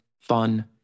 fun